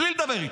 בלי לדבר איתו.